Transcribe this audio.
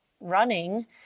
running